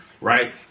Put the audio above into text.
Right